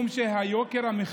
שמירה על הכותל המערבי,